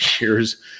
years